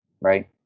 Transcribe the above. right